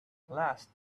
last